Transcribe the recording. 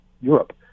Europe